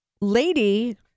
lady